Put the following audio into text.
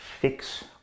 fix